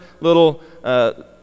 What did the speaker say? little